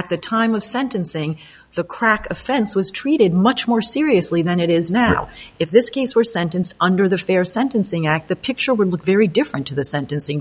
at the time of sentencing the crack offense was treated much more seriously than it is now if this case were sentenced under the fair sentencing act the picture would look very different to the sentencing